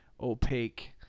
opaque